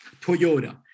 Toyota